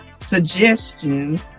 suggestions